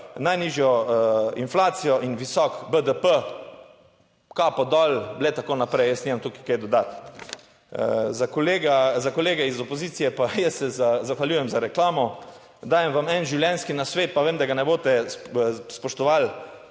najnižjo inflacijo in visok BDP, kapo dol, le tako naprej, jaz nimam tukaj kaj dodati. Za kolega, za kolege iz opozicije pa, jaz se zahvaljujem za reklamo. Dajem vam en življenjski nasvet, pa vem, da ga ne boste spoštovali,